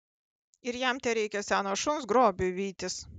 ir jam tereikia seno šuns grobiui vytis